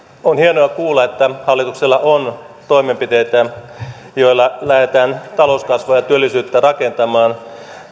on hienoa kuulla että hallituksella on toimenpiteitä joilla lähdetään talouskasvua ja työllisyyttä rakentamaan